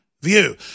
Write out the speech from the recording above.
view